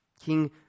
King